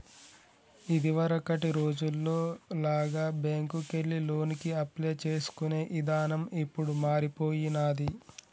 ఇదివరకటి రోజుల్లో లాగా బ్యేంకుకెళ్లి లోనుకి అప్లై చేసుకునే ఇదానం ఇప్పుడు మారిపొయ్యినాది